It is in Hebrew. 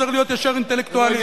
צריך להיות ישר אינטלקטואלית.